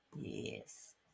Yes